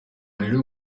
rero